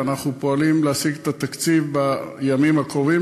ואנחנו פועלים להשיג את התקציב בימים הקרובים,